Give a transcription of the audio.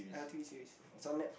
uh T_V series it's on Netflix